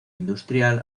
industrial